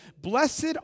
Blessed